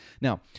Now